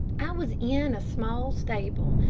i was in a small stable,